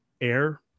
air